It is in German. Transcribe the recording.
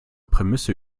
prämisse